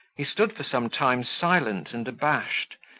he stood for some time silent and abashed,